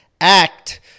act